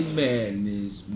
madness